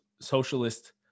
socialist